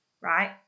right